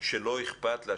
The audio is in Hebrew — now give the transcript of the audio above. שלא אכפת לה,